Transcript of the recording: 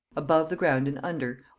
above the ground and under,